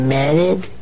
married